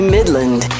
Midland